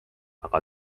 aga